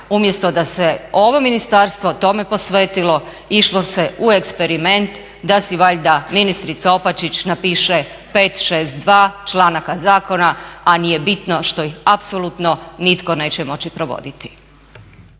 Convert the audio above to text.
umjesto da se ovo ministarstvo tome posvetilo išlo se u eksperiment da si valjda ministrica Opačić napiše 562 članaka zakona a nije bitno što ih apsolutno nitko neće moći provoditi.